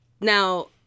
Now